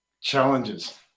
challenges